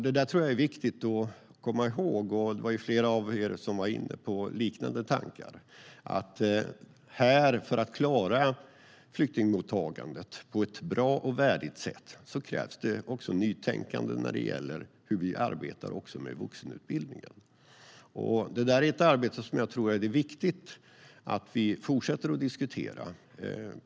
Det här tror jag är viktigt att komma ihåg, och flera av er var inne på liknande tankar: För att klara flyktingmottagandet på ett bra och värdigt sätt krävs det nytänkande, också när det gäller hur vi arbetar med vuxenutbildningen. Det är ett arbete som jag tror att det är viktigt att vi fortsätter att diskutera.